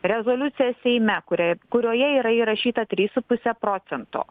rezoliuciją seime kuriai kurioje yra įrašyta trys su puse procento